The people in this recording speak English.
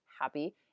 happy